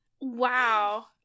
Wow